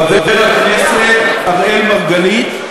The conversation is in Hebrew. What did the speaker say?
חבר הכנסת אראל מרגלית,